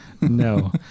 no